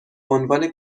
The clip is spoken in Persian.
عنوان